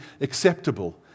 acceptable